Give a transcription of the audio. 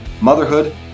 motherhood